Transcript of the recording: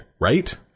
Right